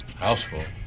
house call?